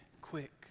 quick